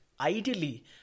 ideally